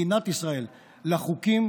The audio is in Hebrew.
של מדינת ישראל לחוקים,